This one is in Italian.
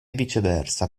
viceversa